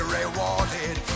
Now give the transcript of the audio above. rewarded